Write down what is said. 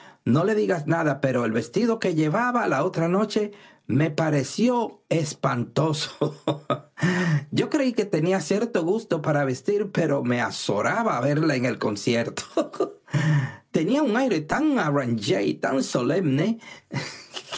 no le digas nada pero el vestido que llevaba la otra noche me pareció espantoso yo creí que tenía cierto gusto para vestir pero me azoraba verla en el concierto tonía un aire tan arrangé y tan solemne